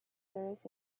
serious